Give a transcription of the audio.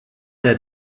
der